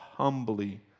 Humbly